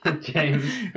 James